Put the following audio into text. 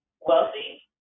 wealthy